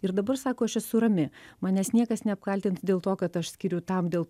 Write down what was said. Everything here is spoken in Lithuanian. ir dabar sako aš esu rami manęs niekas neapkaltins dėl to kad aš skiriu tam dėl